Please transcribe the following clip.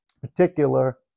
particular